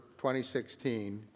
2016